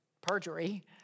perjury